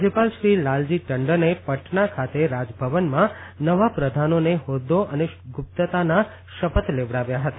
રાજ્યપાલ શ્રી લાલજી ટંડને પટણા ખાતે રાજભવનમાં નવા પ્રધાનોને હોદ્દો અને ગુપ્તતાના શપથ લેવડાવ્યા હતા